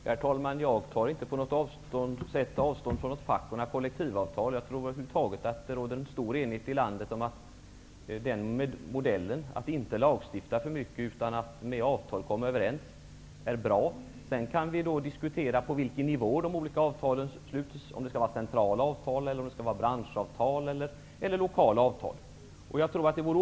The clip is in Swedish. Herr talman! Jag tar inte på något sätt avstånd från facket och kollektivavtalen. Jag tror att det råder en stor enighet i landet om att den modellen -- att inte lagstifta för mycket, utan att med avtal komma överens -- är bra. Sedan kan vi diskutera på vilken nivå de olika avtalen sluts, om det skall vara centrala avtal, branschavtal eller lokala avtal.